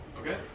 Okay